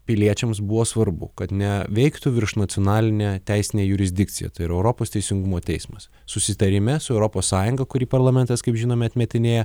piliečiams buvo svarbu kad ne veiktų virš nacionalinę teisinę jurisdikciją tai yra europos teisingumo teismas susitarime su europos sąjunga kurį parlamentas kaip žinome atmetinėja